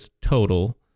total